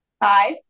five